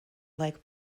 like